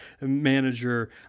manager